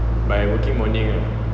but I working morning lah